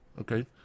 Okay